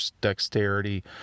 dexterity